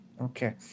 Okay